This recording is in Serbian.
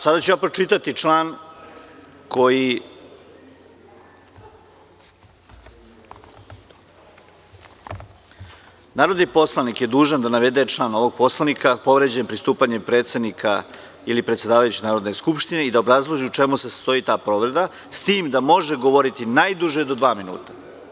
Sada ću vam pročitati član – narodni poslanik je dužan da navede član ovog Poslovnika povređen postupanjem predsednika ili predsedavajućeg Narodne skupštine i da obrazloži u čemu se sastoji ta povreda, s tim da može govoriti najduže do dva minuta.